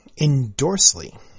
Endorsely